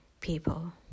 people